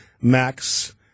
Max